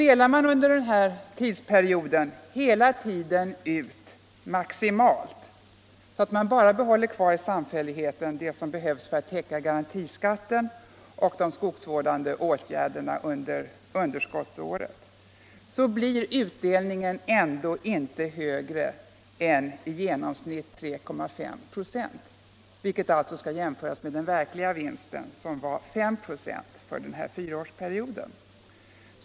Delar man under den här tidsperioden hela tiden ut maximalt, så att man i samfälligheten bara behåller vad som behövs för att täcka garantiskatten och de skogsvårdande åtgärderna under underskottsåret, blir utdelningen ändå inte högre än genomsnittligt 3,5 96, vilket alltså skall jämföras med den verkliga vinsten, som var 5 4 för den här fyraårsperioden.